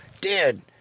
dude